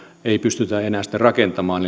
ei pystytä enää sitten rakentamaan